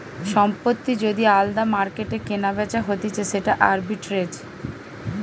সম্পত্তি যদি আলদা মার্কেটে কেনাবেচা হতিছে সেটা আরবিট্রেজ